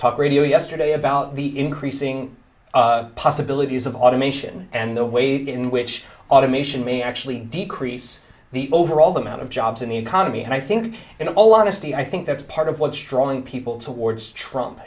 talk radio yesterday about the increasing possibilities of automation and the way in which automation may actually decrease the overall amount of jobs in the economy and i think in all honesty i think that's part of what's drawing people towards trump